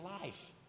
life